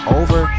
over